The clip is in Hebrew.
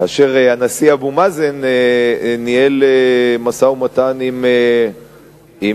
כאשר הנשיא אבו מאזן ניהל משא-ומתן עם אולמרט,